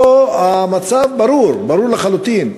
פה המצב ברור, ברור לחלוטין.